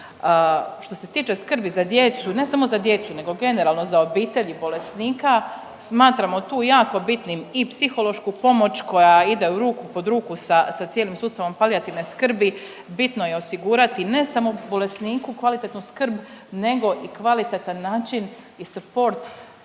Što se tiče skrbi za djecu, ne samo za djecu nego generalno za obitelji bolesnika, smatramo tu jako bitnim i psihološku pomoć koja ide u ruku, pod ruku sa, sa cijelim sustavom palijativne skrbi, bitno je osigurati ne samo bolesniku kvalitetnu skrb nego i kvalitetan način i support u